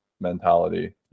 mentality